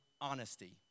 honesty